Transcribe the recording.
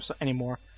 anymore